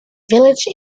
village